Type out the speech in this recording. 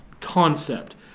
concept